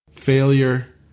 Failure